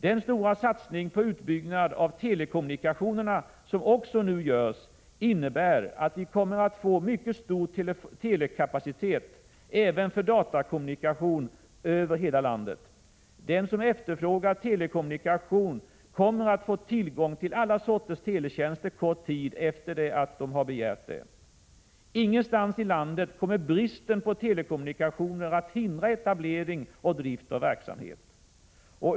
Den stora satsning på utbyggnad av telekommunikationerna som nu också görs innebär att vi kommer att få mycket stor telekapacitet — även för datakommunikation — över hela landet. Den som efterfrågar telekommunikation kommer att få tillgång till alla sorters teletjänster kort tid efter det att de har begärts. Ingenstans i landet kommer bristen på telekommunikationer att hindra etablering och drift av verksamhet.